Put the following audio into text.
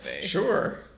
Sure